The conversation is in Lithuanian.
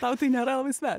tau tai nėra labai sva